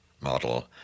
model